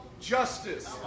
justice